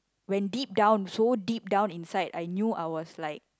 when deep down so deep down inside I knew I was like